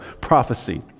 prophecy